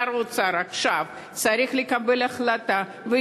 שר האוצר צריך לקבל החלטה עכשיו,